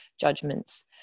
judgments